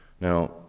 Now